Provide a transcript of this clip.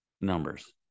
numbers